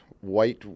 white